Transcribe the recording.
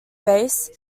base